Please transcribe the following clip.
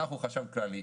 אנחנו החשב הכללי,